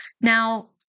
Now